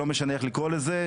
לא משנה איך לקרוא לזה,